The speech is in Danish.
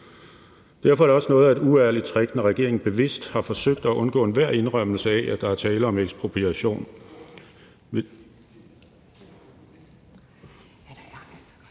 Derfor er det også noget af et uærligt trick, når regeringen bevidst har forsøgt at undgå enhver indrømmelse af, at der er tale om ekspropriation.